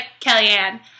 Kellyanne